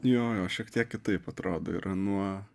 jo jo šiek tiek kitaip atrodo yra nuo